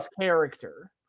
character